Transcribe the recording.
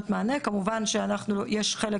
כמובן שחלק